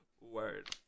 Word